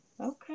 Okay